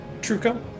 Truco